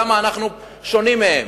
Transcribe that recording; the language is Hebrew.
למה אנחנו שונים מהם,